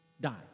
die